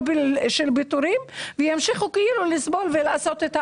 פיטורים וימשיכו לסבול ולעשות את העבודה,